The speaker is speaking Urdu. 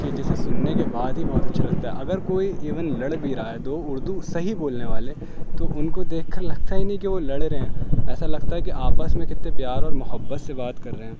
کہ جسے سننے کے بعد ہی بہت اچھا لگتا ہے اگر کوئی ایون لڑ بھی رہا ہے دو اردو صحیح بولنے والے تو ان کو دیکھ کر لگتا ہی نہیں کہ وہ لڑ رہے ہیں ایسا لگتا ہے کہ آپس میں کتنے پیار اور محبت سے بات کر رہے ہیں